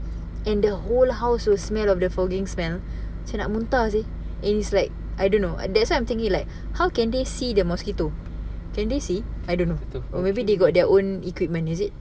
and the whole house will smell of the fogging smell macam nak muntah seh and it's like I don't know don't know that's why I'm thinking like how can they see the mosquito can they see I don't know or maybe they got their own equipment is it